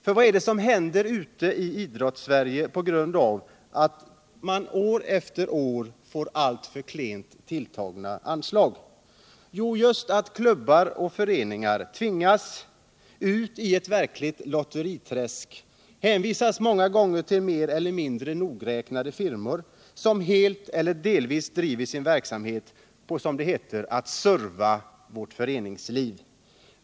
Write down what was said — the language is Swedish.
För vad är det som händer ute i Idrottssverige på grund av de genom åren alltför klent tilltagna anslagen? Jo, det får till följd att klubbar och föreningar tvingas ut i ett verkligt lotteriträsk och många gånger hänvisas till mer eller mindre noggräknade firmor, som helt eller delvis driver sin verksamhet på att, som det heter, serva föreningslivet.